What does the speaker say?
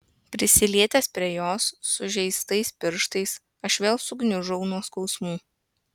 prisilietęs prie jos sužeistais pirštais aš vėl sugniužau nuo skausmų